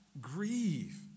Grieve